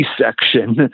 section